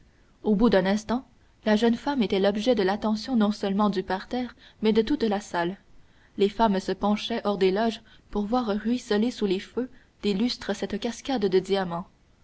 au bout d'un instant la jeune femme était l'objet de l'attention non seulement du parterre mais de toute la salle les femmes se penchaient hors des loges pour voir ruisseler sous les feux des lustres cette cascade de diamants